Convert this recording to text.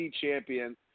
champion